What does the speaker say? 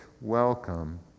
welcome